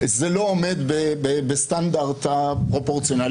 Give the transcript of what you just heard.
זה לא עומד בסטנדרטי הפרופורציונליות.